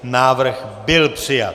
Návrh byl přijat.